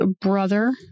brother